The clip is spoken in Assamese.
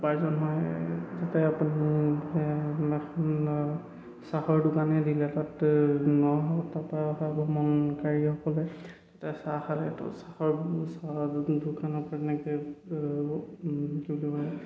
উপাৰ্জন হয় যাতে আপুনি এখন চাহৰ দোকানেই দিলে তাত তাপা অহা ভ্ৰমণকাৰীসকলে তাতে চাহ খালেত চাহৰ চাহৰ দোকানৰ পৰা